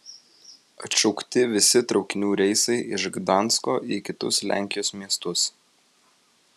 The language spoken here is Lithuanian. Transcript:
atšaukti visi traukinių reisai iš gdansko į kitus lenkijos miestus